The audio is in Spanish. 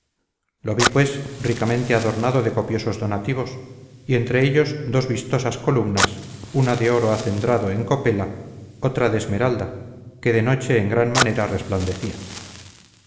vi pues ricamente adornado de copiosos donativos y entre ellos dos vistosas columnas una de oro acendrado en copela otra de esmeralda que de noche en gran manera resplandecía